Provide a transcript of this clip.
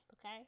okay